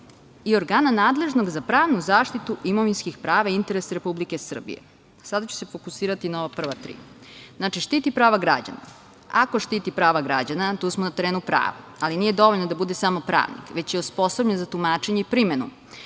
i organa nadležnog za pravnu zaštitu imovinskih prava i interesa Republike Srbije“.Sada ću se fokusirati na ova prva tri. Znači, štiti prava građana. Ako štiti prava građana, tu smo na terenu prava, ali nije dovoljno da bude samo pravnik, već i osposobljen za tumačenje i primenu